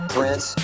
Prince